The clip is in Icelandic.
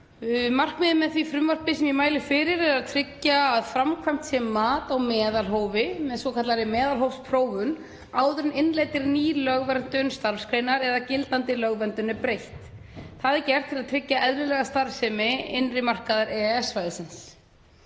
Markmiðið með því frumvarpi sem ég mæli fyrir er að tryggja að framkvæmt sé mat á meðalhófi með svokallaðri meðalhófsprófun áður en innleidd er ný lögverndun starfsgreinar eða gildandi lögverndun er breytt. Það er gert til að tryggja eðlilega starfsemi innri markaðar EES-svæðisins.